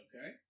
Okay